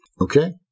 Okay